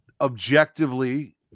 objectively